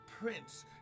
prince